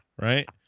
right